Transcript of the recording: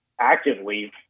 actively